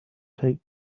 take